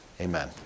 amen